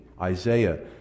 Isaiah